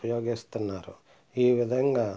ఉపయోగిస్తన్నారు ఈ విధంగా